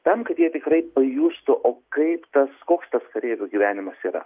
tam kad jie tikrai pajustų o kaip tas koks tas kareivių gyvenimas yra